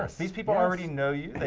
ah these people already know you,